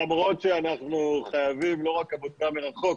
למרות שאנחנו חייבים לא רק עבודה מרחוק,